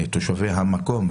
תושבי המקום,